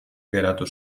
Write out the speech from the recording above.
geratu